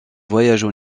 voyages